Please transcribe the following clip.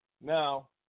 Now